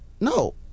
No